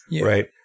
right